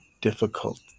difficult